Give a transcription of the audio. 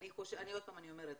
אני שוב אומרת,